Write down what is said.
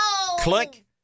click